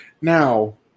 Now